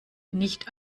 nicht